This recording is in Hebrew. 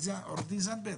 עו"ד זנדברג,